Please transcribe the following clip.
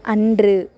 அன்று